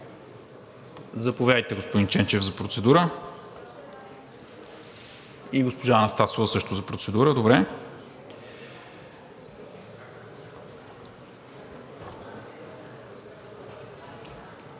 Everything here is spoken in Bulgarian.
Заповядайте, господин Ченчев, за процедура. (Реплика.) И госпожа Анастасова също за процедура. Добре.